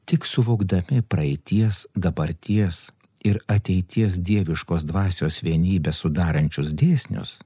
tik suvokdami praeities dabarties ir ateities dieviškos dvasios vienybę sudarančius dėsnius